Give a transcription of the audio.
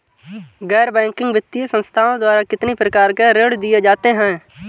गैर बैंकिंग वित्तीय संस्थाओं द्वारा कितनी प्रकार के ऋण दिए जाते हैं?